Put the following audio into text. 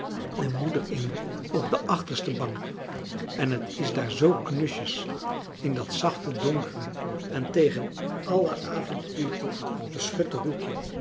en moeder in op de achterste bank en het is daar zoo knusjes in dat zachte donkere en tegen alle avondkoelte beschutte hoekje